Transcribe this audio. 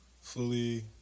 fully